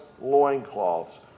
loincloths